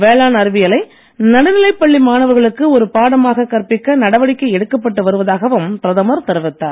வேளாண் அறிவியலை நடுநிலைப் பள்ளி மாணவர்களுக்கு ஒரு பாடமாக கற்பிக்க நடவடிக்கை எடுக்கப்பட்டு வருவதாகவும் பிரதமர் தெரிவித்தார்